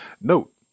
Note